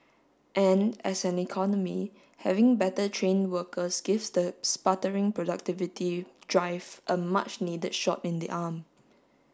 and as an economy having better trained workers gives the sputtering productivity drive a much needed shot in the arm